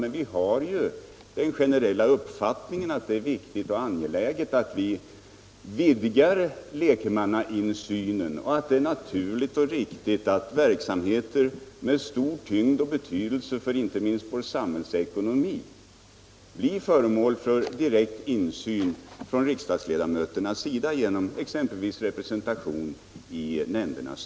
Men vi har ju den generella uppfattningen att det är viktigt och angeläget att vi vidgar lekmannainsynen och att det är naturligt att verksamheter med stor tyngd och betydelse inte minst för samhällsekonomin blir föremål för direkt insyn från riksdagsledamöternas sida genom exempelvis representation I styrelserna.